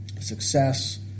success